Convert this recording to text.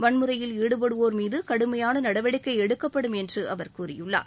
வன்முறையில் ஈடுபடுவோர் மீது கடுமையான நடவடிக்கை எடுக்கப்படும் என்று அவர் கூறியுள்ளார்